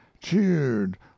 cheered